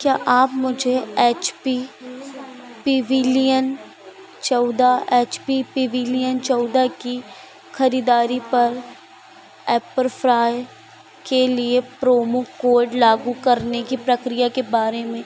क्या आप मुझे एच पी पिविलियन चौदह एच पी पिविलियन चौदह की खरीदारी पर एप्परफ्राय के लिए प्रोमो कोड लागू करने की प्रक्रिया के बारे में